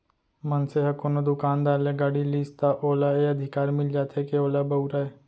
मनसे ह कोनो दुकानदार ले गाड़ी लिस त ओला ए अधिकार मिल जाथे के ओला बउरय